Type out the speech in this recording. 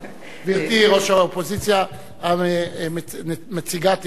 גברתי ראש האופוזיציה, מציגת האי-אמון.